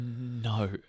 No